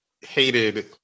hated